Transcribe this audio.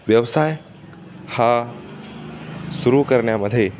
व्यवसाय हा सुरू करण्यामध्ये